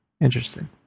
Interesting